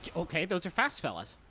ah okay, those are fast fellas.